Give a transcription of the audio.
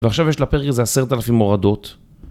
ועכשיו יש לפרק הזה עשרת אלפים הורדות